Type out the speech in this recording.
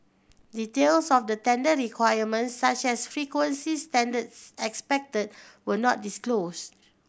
details of the tender requirements such as frequency standards expected were not disclosed